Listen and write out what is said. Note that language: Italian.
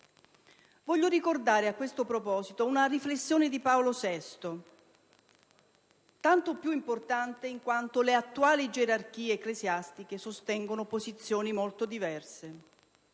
Voglio ricordare a questo proposito una riflessione di Paolo VI, tanto più importante in quanto le attuali gerarchie ecclesiastiche sostengono posizioni molto diverse.